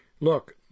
look